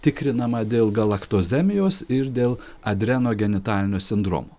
tikrinama dėl galaktozemijos ir dėl adrenogenitalinio sindromo